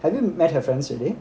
have you met her friends already